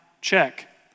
Check